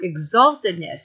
exaltedness